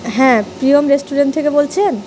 হ্যাঁ প্রিয়ম রেস্টুরেন্ট থেকে বলছেন